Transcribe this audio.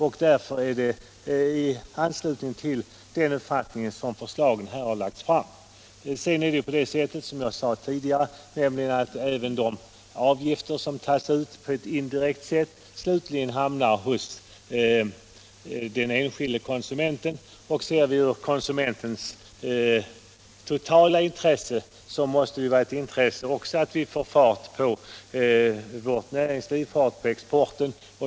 Det är mot den bakgrunden regeringsförslaget har lagts fram. Som jag sade tidigare, kommer även de avgifter som tas ut på ett indirekt sätt slutligen att få betalas av den enskilde konsumenten. Ser vi till konsumentens totala intresse måste det ju vara angeläget att få fart på vårt näringsliv och på exporten.